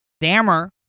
Dammer